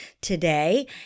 today